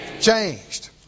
Changed